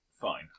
Fine